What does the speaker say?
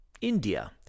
India